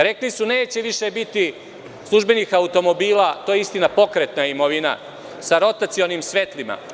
Rekli su da neće više biti službenih automobila, to je, istina, pokretna imovina, sa rotacionim svetlima.